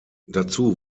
dazu